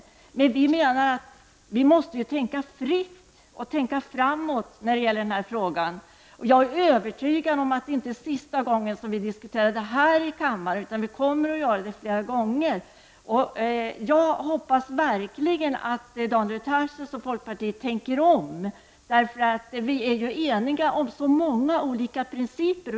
Enligt vår mening handlar det om att tänka fritt och framåt i den här frågan. Jag är övertygad om att det inte är sista gången som vi diskuterar detta här i kammaren utan att vi kommer att göra det många fler gånger. Jag hoppas verkligen att Daniel Tarschys och folkpartiet tänker om. Vi är ju ense om så många olika principer.